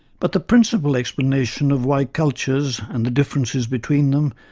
but the principal explanation of why cultures, and the differences between them,